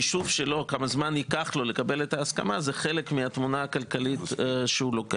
השאלה כמה זמן ייקח לו לקבל את ההסכמה היא גם חלק מהחישוב הכלכלי שלו.